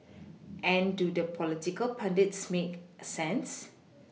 and do the political pundits make sense